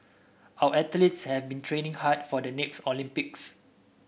our athletes have been training hard for the next Olympics